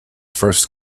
first